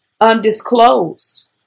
undisclosed